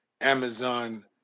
Amazon